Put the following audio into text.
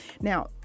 now